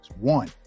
One